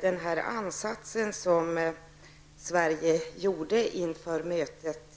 Den ansats som Sverige gjorde